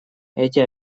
эти